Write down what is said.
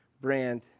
brand